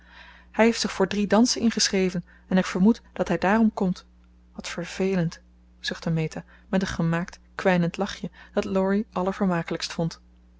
hij heeft zich voor drie dansen ingeschreven en ik vermoed dat hij daarom komt wat vervelend zuchtte meta met een gemaakt kwijnend lachje dat laurie allervermakelijkst vond